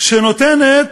שנותנת